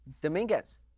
Dominguez